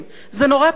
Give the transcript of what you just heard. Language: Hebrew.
זה נורא פשוט,